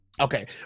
okay